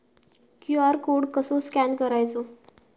QR code कसो scan करायचो?